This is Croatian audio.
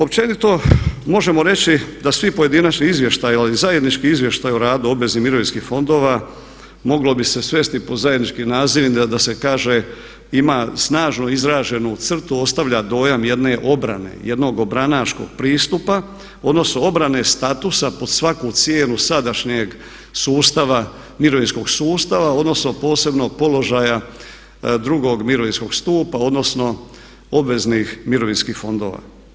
Općenito možemo reći da svi pojedinačni izvještaji ali i zajednički izvještaji o radu obveznih mirovinskih fondova moglo bi se svesti pod zajednički nazivnik da se kaže ima snažno izraženu crtu, ostavlja dojam jedne obrane, jednog obranaškog pristupa odnosno obrane statusa pod svaku cijenu sadašnjeg sustava, mirovinskog sustava odnosno posebno položaja drugog mirovinskog stupa odnosno obveznih mirovinskih fondova.